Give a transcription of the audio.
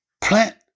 Plant